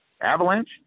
avalanche